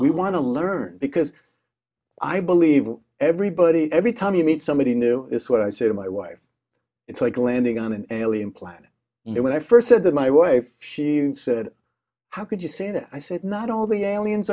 we want to learn because i believe everybody every time you meet somebody new is what i say to my wife it's like landing on an alien planet you know when i first said that my were a few said how could you say that i said not all the aliens